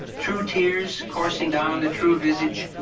true tears coursing down the true visage,